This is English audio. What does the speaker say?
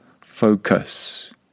focus